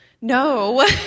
no